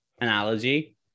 analogy